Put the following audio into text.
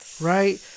Right